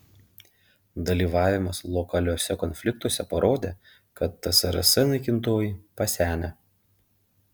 dalyvavimas lokaliuose konfliktuose parodė kad tsrs naikintuvai pasenę